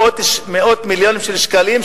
מאות מיליונים של שקלים,